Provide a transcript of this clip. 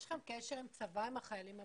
יש לכם קשר עם הצבא, עם החיילים הבודדים?